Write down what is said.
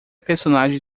personagem